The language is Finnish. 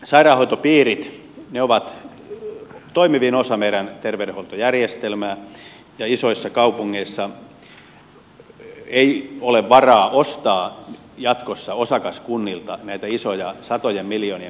sairaanhoitopiirit ovat toimivin osa meidän terveydenhuoltojärjestelmää ja isoissa kaupungeissa ei ole varaa ostaa jatkossa osakaskunnilta näitä isoja satojen miljoonien miljardin kiinteistöjä